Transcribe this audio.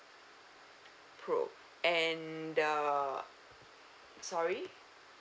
pro and the sorry